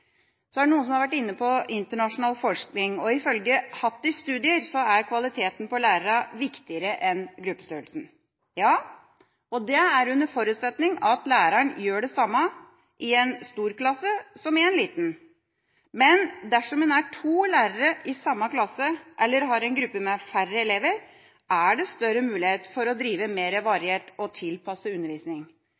Så er det noen som har vært inne på internasjonal forskning. Ifølge Hatties studier er kvaliteten på læreren viktigere enn gruppestørrelsen. Ja, og det er under forutsetning av at læreren gjør det samme i en stor klasse som i en liten. Men dersom man er to lærere i samme klasse eller har en gruppe med færre elever, er det større mulighet for å drive mer variert og tilpasset undervisning.